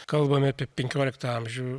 kalbame apie penkioliktą amžių